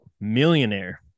millionaire